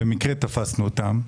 במקרה תפסנו אותם.